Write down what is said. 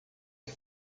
que